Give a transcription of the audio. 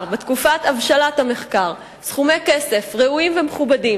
ותקופת הבשלת המחקר סכומי כסף ראויים ומכובדים,